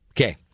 okay